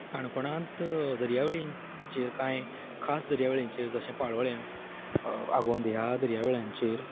काणकोणांत दर्यावेळेंचेर कांय खास दर्यावेळेंचेर जशें पाळोल्यां आगोंद ह्या दर्यावेळांचेर